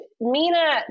Mina